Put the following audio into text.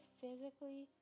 physically